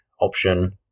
option